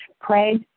Pray